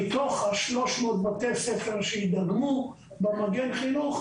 מתוך ה-300 בתי ספר שיידגמו במגן חינוך,